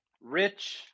rich